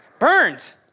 burned